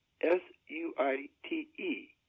S-U-I-T-E